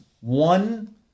one